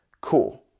cool